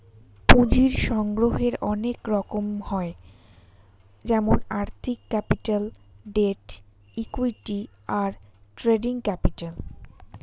পুঁজির সংগ্রহের অনেক রকম হয় যেমন আর্থিক ক্যাপিটাল, ডেট, ইক্যুইটি, আর ট্রেডিং ক্যাপিটাল